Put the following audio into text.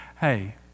hey